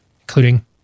Including